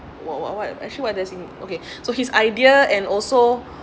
what what what actually what does in okay so his idea and also